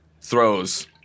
Throws